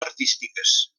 artístiques